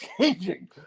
changing